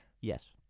Yes